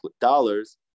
dollars